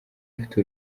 mfite